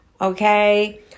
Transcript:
okay